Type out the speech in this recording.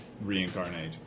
reincarnate